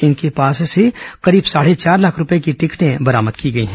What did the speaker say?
इनके पास से करीब साढ़े चार लाख रूपये की टिकटें बरामद की गई हैं